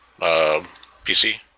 PC